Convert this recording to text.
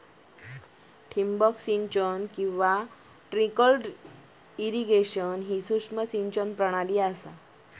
ठिबक सिंचन किंवा ट्रिकल इरिगेशन ही सूक्ष्म सिंचन प्रणाली असा